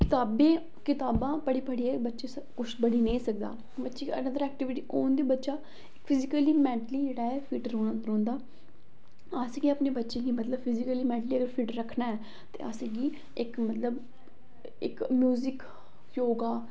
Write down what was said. कताबें गी कताबां पढ़ी पढ़ियै बच्चे स कुछ बनी नेईं सकदा बच्चे गी अनदर एक्टीविटी होन ते बच्चा फिजिकली मैंटली जेह्ड़ा ऐ फिट्ट रौह्ना रौंह्दा अस गै अपने बच्चें गी मतलब फिजिकली मैंटली अगर फिट रक्खना ऐ ते असें गी इक मतलब इक म्युजिक योगा